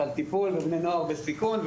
על טיפול בבני נוער בסיכון.